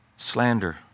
Slander